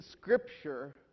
scripture